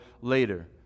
later